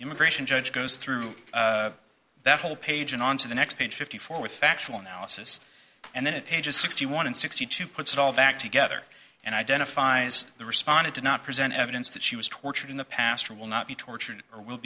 immigration judge goes through that whole page and on to the next page fifty four with factual analysis and then pages sixty one and sixty two puts it all back together and identifies the responded to not present evidence that she was tortured in the past or will not be tortured or will